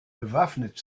bewaffnet